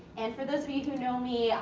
and for those of you who know me,